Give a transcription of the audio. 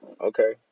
Okay